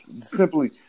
simply